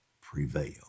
prevail